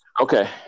Okay